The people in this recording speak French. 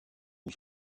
aux